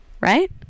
right